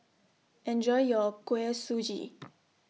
Enjoy your Kuih Suji